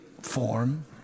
form